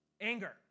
anger